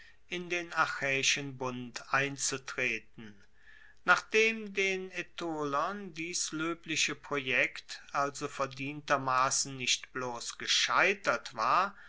in den achaeischen bund einzutreten nachdem den aetolern dies loebliche projekt also verdientermassen nicht bloss gescheitert war